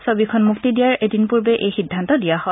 ছবিখন মুক্তি দিয়াৰ এদিন পূৰ্বে এই সিদ্ধান্ত দিয়া হয়